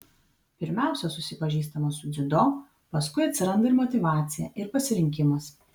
pirmiausia susipažįstama su dziudo paskui atsiranda ir motyvacija ir pasirinkimas